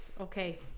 okay